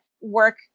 work